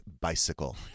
bicycle